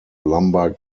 lumber